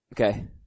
Okay